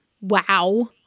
Wow